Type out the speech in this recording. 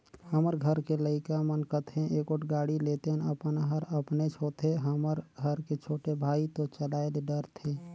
हमर घर के लइका मन कथें एगोट गाड़ी लेतेन अपन हर अपनेच होथे हमर घर के छोटे भाई तो चलाये ले डरथे